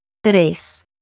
Tres